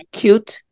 cute